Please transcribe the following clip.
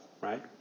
right